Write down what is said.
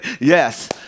Yes